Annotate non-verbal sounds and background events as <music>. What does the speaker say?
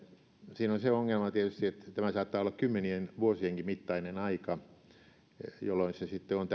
siinä on se ongelma tietysti että tämä saattaa olla kymmenienkin vuosien mittainen aika jolloin on <unintelligible>